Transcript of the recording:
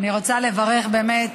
אני רוצה לברך, באמת,